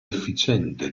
efficiente